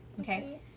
Okay